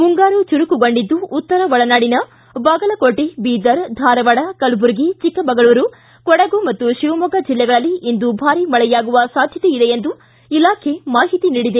ಮುಂಗಾರು ಚುರುಕುಗೊಂಡಿದ್ದು ಉತ್ತರ ಒಳನಾಡಿನ ಬಾಗಲಕೋಟೆ ಬೀದರ್ ಧಾರವಾಡ ಕಲಬುರ್ಗಿ ಚಿಕ್ಕಮಗಳುರು ಕೊಡಗು ಮತ್ತು ಶಿವಮೊಗ್ಗ ಜಿಲ್ಲೆಗಳಲ್ಲಿ ಇಂದು ಭಾರಿ ಮಳೆಯಾಗುವ ಸಾಧ್ವತೆ ಇದೆ ಎಂದು ಇಲಾಖೆ ಮಾಹಿತಿ ನೀಡಿದೆ